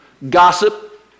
Gossip